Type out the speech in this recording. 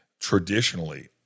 traditionally